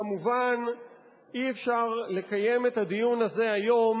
כמובן אי-אפשר לקיים את הדיון הזה היום